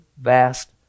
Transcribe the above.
vast